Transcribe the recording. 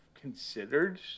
considered